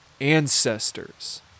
ancestors